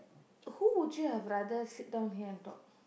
who would you have rather have sit down here and talk